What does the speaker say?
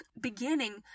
beginning